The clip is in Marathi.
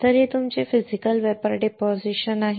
तर हे तुमचे फिजिकल वेपर डिपॉझिशन आहे